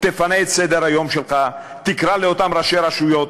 תפנה את סדר-היום שלך, תקרא לאותם ראשי רשויות,